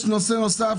יש נושא נוסף.